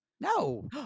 No